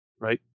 right